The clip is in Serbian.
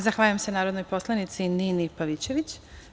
Zahvaljujem se narodnoj poslanici Nini Pavićević.